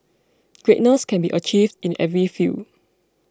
greatness can be achieved in every field